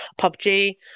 PUBG